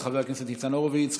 תודה רבה לחבר הכנסת ניצן הורוביץ.